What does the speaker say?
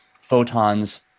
photons